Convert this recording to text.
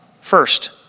first